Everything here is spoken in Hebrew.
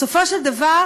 בסופו של דבר,